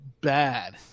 bad